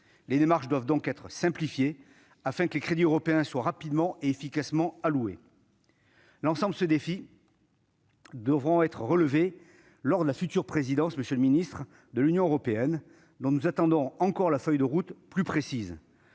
Les démarches doivent être simplifiées afin que les crédits européens soient rapidement et efficacement alloués. Tous ces défis devront être relevés à l'occasion de la future présidence française de l'Union européenne, dont nous attendons encore la feuille de route précise,